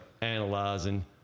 analyzing